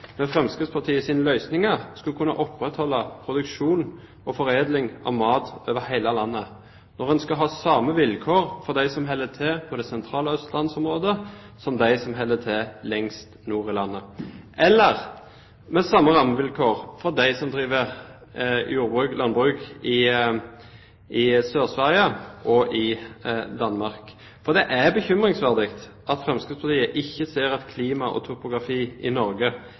løsninger skal kunne opprettholde produksjon og foredling av mat over hele landet når en skal ha samme vilkår for dem som holder til i det sentrale østlandsområdet, som dem som holder til lengst nord i landet, eller at en skal ha samme rammevilkår som dem som driver landbruk i Sør-Sverige og i Danmark. Det er bekymringsverdig at Fremskrittspartiet ikke ser at klima og topografi i Norge